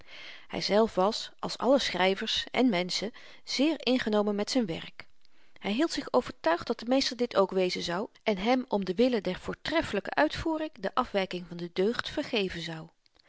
hyzelf was als alle schryvers en menschen zeer ingenomen met z'n werk hy hield zich overtuigd dat de meester dit ook wezen zou en hem om den wille der voortreffelyke uitvoering de afwyking van de deugd vergeven zou